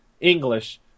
English